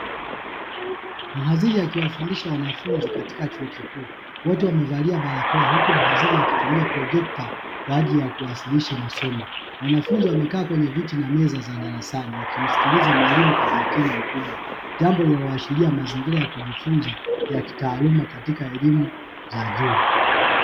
Mhadhiri akiwafundisha wanafunzi katika chuo kikuu, wote wamevalia barakoa huku mawaziri akitumia projekta kwa ajili ya kuwasilisha masomo, wanafunzi wamekaa kwenye viti na meza za darasani wakimsikiliza mwalimu kwa umakini mkubwa, jambo lililoashiria mazingira ya kujifunza ya kitaaluma katika elimu za juu.